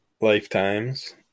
lifetimes